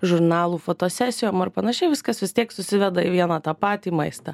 žurnalų fotosesijom ar panašiai viskas vis tiek susiveda į vieną tą patį maistą